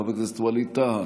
חבר הכנסת ווליד טאהא,